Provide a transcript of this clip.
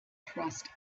trust